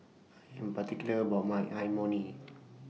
I Am particular about My Imoni